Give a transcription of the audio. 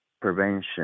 prevention